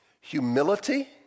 Humility